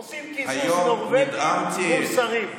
עושים קיזוז, נורבגים מול שרים.